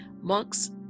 monks